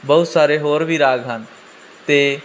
ਬਹੁਤ ਸਾਰੇ ਹੋਰ ਵੀ ਰਾਗ ਹਨ ਅਤੇ